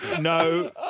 no